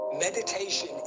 meditation